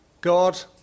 God